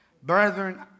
Brethren